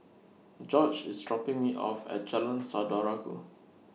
Jorge IS dropping Me off At Jalan Saudara Ku